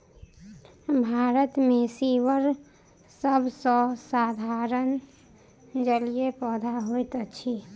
भारत मे सीवर सभ सॅ साधारण जलीय पौधा होइत अछि